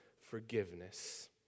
forgiveness